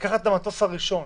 לקחת את המטוס הראשון